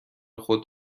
خود